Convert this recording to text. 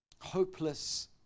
hopeless